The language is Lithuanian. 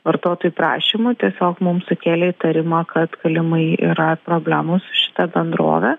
vartotojų prašymų tiesiog mum sukėlė įtarimą kad galimai yra problemų su šita bendrove